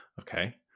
Okay